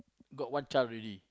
got one child already